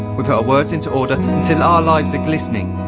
we put our words into order, until our lives are glistening,